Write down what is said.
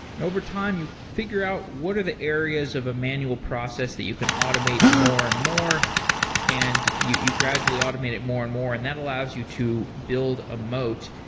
over time you figure out what are the areas of a manual process that you can automate more and more and you you gradually automate it more and more, and that allows you to build a moat.